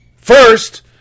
First